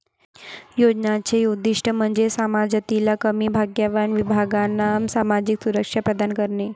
योजनांचे उद्दीष्ट म्हणजे समाजातील कमी भाग्यवान विभागांना सामाजिक सुरक्षा प्रदान करणे